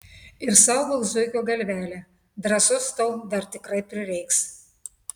ir saugok zuikio galvelę drąsos tau dar tikrai prireiks